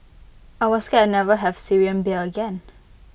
I was scared I never have Syrian beer again